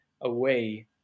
away